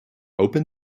open